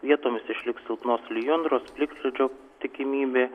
vietomis išliks silpnos lijundros plikledžio tikimybė